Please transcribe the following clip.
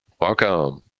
Welcome